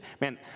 man